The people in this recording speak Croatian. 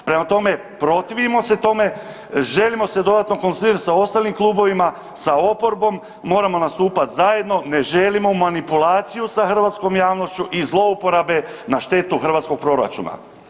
Prema tome, protivimo se tome, želimo se dodatno konzultirati sa ostalim klubovima, sa oporbom, moramo nastupati zajedno, ne želimo manipulaciju sa hrvatskom javnošću i zlouporabe na štetu hrvatskog proračuna.